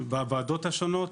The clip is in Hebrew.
בוועדות השונות.